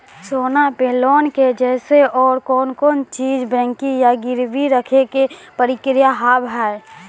सोना पे लोन के जैसे और कौन कौन चीज बंकी या गिरवी रखे के प्रक्रिया हाव हाय?